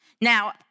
Now